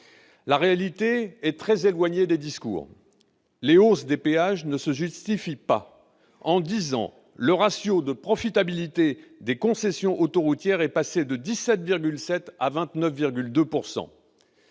La réalité est très éloignée des discours. Les hausses des péages ne se justifient pas. En dix ans, le ratio de profitabilité des concessions autoroutières est passé de 17,7 % à 29,2 %.